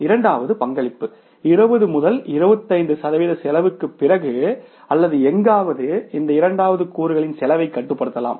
இரண்டாவது பங்களிப்பு 20 முதல் 25 சதவிகித செலவுக்குப் பிறகு அல்லது எங்காவது இந்த இரண்டாவது கூறுகளின் செலவைக் கட்டுப்படுத்தலாம்